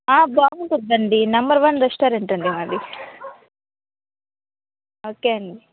బాగుంటుందండీ number one restaurant అండి మాది okay అండి